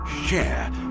share